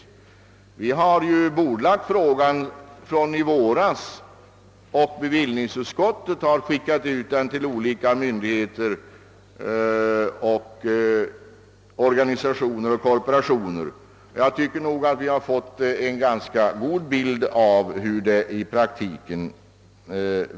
Bevillningsutskottet har emellertid, sedan frågan bordlades i våras, skickat ut ärendet till olika myndigheter och andra organ. Jag tycker för min del att vi fått en ganska god bild av hur systemet skulle verka i praktiken.